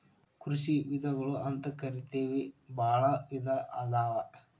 ಕೃಷಿ ವಿಧಗಳು ಅಂತಕರಿತೆವಿ ಬಾಳ ವಿಧಾ ಅದಾವ